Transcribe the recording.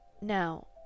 now